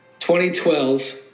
2012